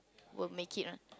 will make it one